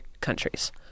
countries